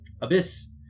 Abyss